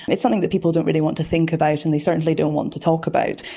it's something that people don't really want to think about and they certainly don't want to talk about,